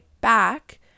back